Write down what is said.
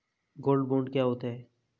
Gold bond क्या होता है?